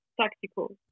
tactical